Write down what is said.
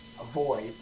avoid